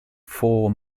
four